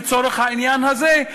לצורך העניין הזה,